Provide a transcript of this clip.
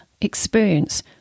experience